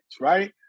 right